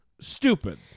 stupid